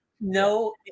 No